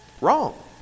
wrong